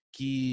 que